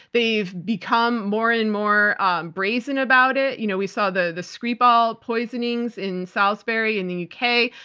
they've become more and more brazen about it. you know we saw the the skripal poisonings in salisbury in the u. k.